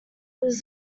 was